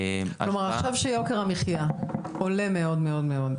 כלומר עכשיו שיוקר המחיה עולה מאוד מאוד,